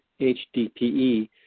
HDPE